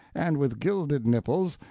and with gilded nipples,